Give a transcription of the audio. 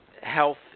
health